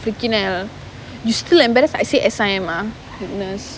you still embarrassed I say S_I_M ah goodness